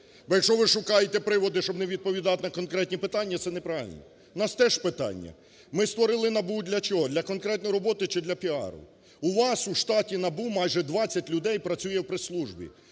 якщо ви шукаєте приводи, щоб не відповідати на конкретні питання, це неправильно. В нас теж питання: ми створили НАБУ для чого? Для конкретної роботи чи для піару? У вас у штаті НАБУ майже 20 людей працює у прес-службі,